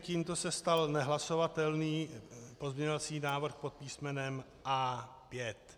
Tímto se stal nehlasovatelným pozměňovací návrh pod písmenem A5.